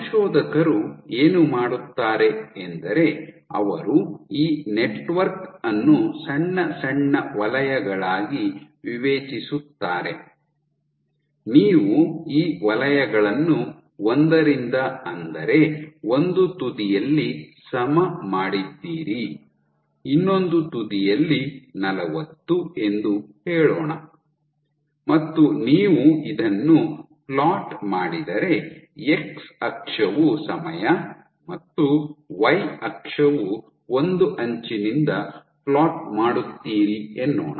ಸಂಶೋಧಕರು ಏನು ಮಾಡುತ್ತಾರೆ ಎಂದರೆ ಅವರು ಈ ನೆಟ್ವರ್ಕ್ ಅನ್ನು ಸಣ್ಣ ಸಣ್ಣ ವಲಯಗಳಾಗಿ ವಿವೇಚಿಸುತ್ತಾರೆ ನೀವು ಈ ವಲಯಗಳನ್ನು ಒಂದರಿಂದ ಅಂದರೆ ಒಂದು ತುದಿಯಲ್ಲಿ ಸಮ ಮಾಡಿದ್ದೀರಿ ಇನ್ನೊಂದು ತುದಿಯಲ್ಲಿ ನಲವತ್ತು ಎಂದು ಹೇಳೋಣ ಮತ್ತು ನೀವು ಇದನ್ನು ಫ್ಲೋಟ್ ಮಾಡಿದರೆ ಎಕ್ಸ್ ಅಕ್ಷವು ಸಮಯ ಮತ್ತು ವೈ ಅಕ್ಷವು ಒಂದು ಅಂಚಿನಿಂದ ಫ್ಲೋಟ್ ಮಾಡುತ್ತೀರಿ ಎನ್ನೋಣ